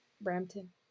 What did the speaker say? Brampton